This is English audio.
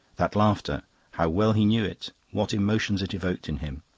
that laughter how well he knew it! what emotions it evoked in him!